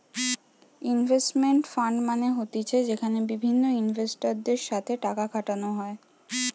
investment fund মানে হতিছে যেখানে বিভিন্ন ইনভেস্টরদের সাথে টাকা খাটানো হয়